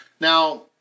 Now